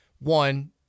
one